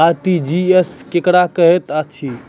RTGS केकरा कहैत अछि?